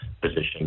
position